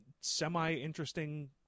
semi-interesting